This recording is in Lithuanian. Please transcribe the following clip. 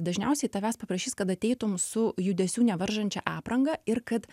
dažniausiai tavęs paprašys kad ateitum su judesių nevaržančia apranga ir kad